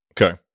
Okay